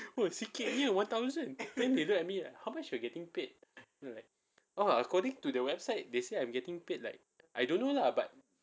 !wah! sikitnya one thousand then they look at me like how much you are getting paid then I like oh according to the website they say I'm getting paid like I don't know lah but